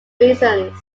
reasons